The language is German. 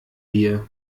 dir